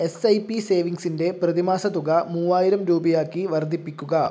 S I P സേവിങ്സിൻ്റെ പ്രതിമാസ തുക മൂവായിരം രൂപയാക്കി വർദ്ധിപ്പിക്കുക